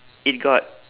it got